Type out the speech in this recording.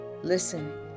listen